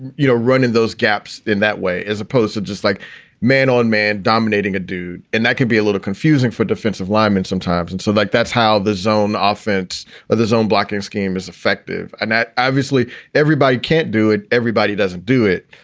you know, run in those gaps in that way as opposed to just like man on man dominating a dude. and that could be a little confusing for defensive lineman sometimes. and so like that's how the zone offense or the zone blocking scheme is effective and that obviously everybody can't do it. everybody doesn't do it.